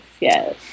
yes